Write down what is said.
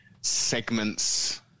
segments